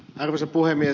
arvoisa puhemies